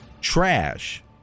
trash